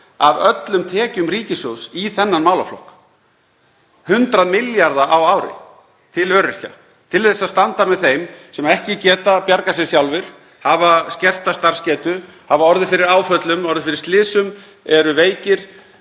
af öllum tekjum ríkissjóðs í þennan málaflokk, 100 milljarða á ári til öryrkja, til að standa með þeim sem ekki geta bjargað sér sjálfir, hafa skerta starfsgetu, hafa orðið fyrir áföllum, orðið fyrir slysum, eru veikir,